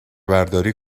برداری